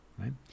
right